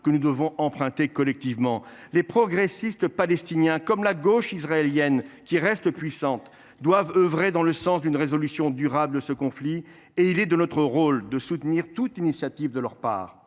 que nous devons emprunter, collectivement. Les progressistes palestiniens comme la gauche israélienne, qui reste puissante, doivent œuvrer dans le sens d’une résolution durable de ce conflit et il est de notre rôle de soutenir toute initiative de leur part.